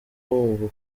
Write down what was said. wumva